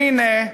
והנה,